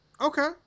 Okay